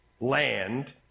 land